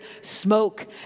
smoke